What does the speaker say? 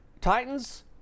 Titans